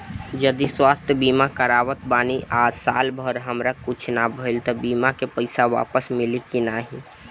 जदि स्वास्थ्य बीमा करावत बानी आ साल भर हमरा कुछ ना भइल त बीमा के पईसा वापस मिली की का होई?